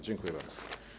Dziękuję bardzo.